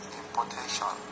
importation